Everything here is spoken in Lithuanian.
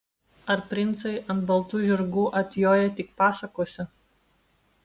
ar princai ant baltų žirgų atjoja tik pasakose